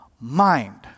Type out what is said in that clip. mind